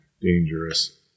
Dangerous